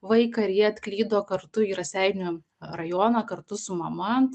vaiką ir jie atklydo kartu į raseinių rajoną kartu su mama